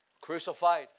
crucified